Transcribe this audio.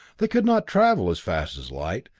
they could not travel as fast as light,